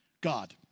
God